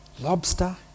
lobster